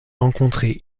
rencontrer